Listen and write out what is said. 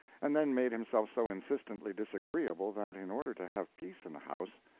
and then made himself so insistently disagreeable that, in order to have peace in the house,